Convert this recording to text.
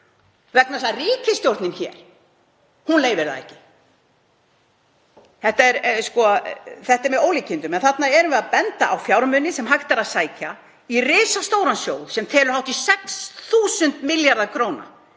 vegna þess að ríkisstjórnin hér leyfir það ekki. Þetta er með ólíkindum. En þarna erum við að benda á fjármuni sem hægt er að sækja í risastóran sjóð sem telur hátt í 6.000 milljarða kr.,